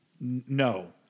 No